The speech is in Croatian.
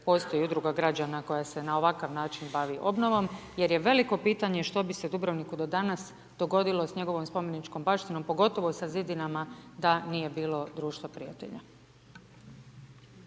postoji udruga građana koja se na ovakav način bavi obnovom jer je veliko pitanje što bi se Dubrovniku do danas dogodilo sa njegovom spomeničkom baštinom pogotovo sa zidinama da nije bilo Društva prijatelja.